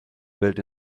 built